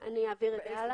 אני אעביר את זה הלאה.